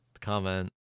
comment